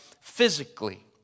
physically